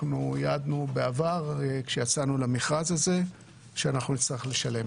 שייעדנו בעבר כשיצאנו למכרז הזה שנצטרך לשלם.